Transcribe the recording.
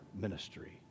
ministry